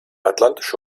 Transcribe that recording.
atlantische